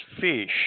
fish